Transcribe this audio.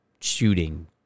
shooting